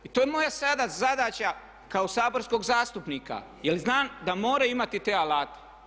I to je moja sada zadaća kao saborskog zastupnika jer znam da moraju imati te alate.